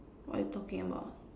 what you talking about